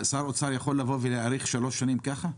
שר האוצר יכול להאריך בשלוש שנים ככה?